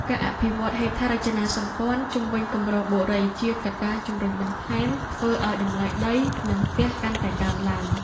ការអភិវឌ្ឍហេដ្ឋារចនាសម្ព័ន្ធជុំវិញគម្រោងបុរីជាកត្តាជម្រុញបន្ថែមធ្វើឱ្យតម្លៃដីនិងផ្ទះកាន់តែកើនឡើង។